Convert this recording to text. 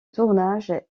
tournage